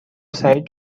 سعید